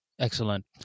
Excellent